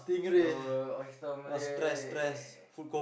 the oyster omelette